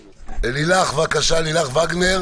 בבקשה, לילך וגנר